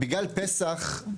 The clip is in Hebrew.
בגלל פסח,